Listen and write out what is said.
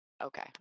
Okay